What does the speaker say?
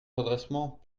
redressement